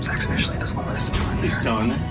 initially the slowest. he's still in